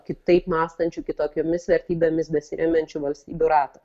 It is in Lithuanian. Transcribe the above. kitaip mąstančių kitokiomis vertybėmis besiremiančių valstybių ratą